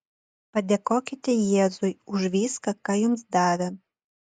padėkokite jėzui už viską ką jums davė